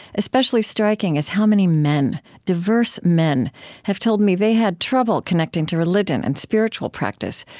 especially striking is how many men diverse men have told me they had trouble connecting to religion and spiritual practice,